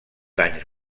danys